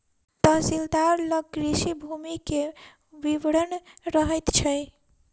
तहसीलदार लग कृषि भूमि के विवरण रहैत छै